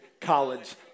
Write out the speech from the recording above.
College